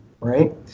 right